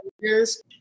years